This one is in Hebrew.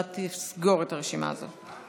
אתה תסגור את הרשימה הזאת.